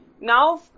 Now